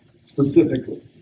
Specifically